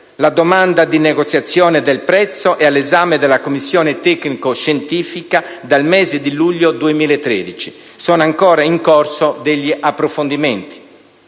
la domanda di negoziazione del prezzo è già all'esame della Commissione tecnico scientifica dal mese di luglio 2013 e sono ancora in corso approfondimenti.